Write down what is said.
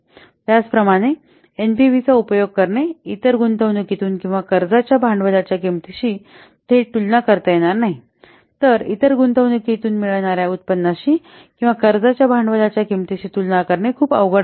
त्याचप्रमाणे एनपीव्हीचा उपयोग करणे इतर गुंतवणूकीतून किंवा कर्जाच्या भांडवलाच्या किंमतीशी थेट तुलना करता येणार नाही तर इतर गुंतवणूकीतून मिळणाऱ्या उत्पन्नाशी किंवा कर्जाच्या भांडवलाच्या किंमतीशी तुलना करणे खूपच अवघड आहे